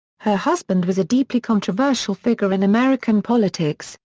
her husband was a deeply controversial figure in american politics,